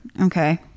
Okay